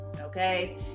okay